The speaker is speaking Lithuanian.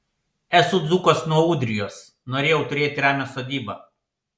esu dzūkas nuo ūdrijos norėjau turėti ramią sodybą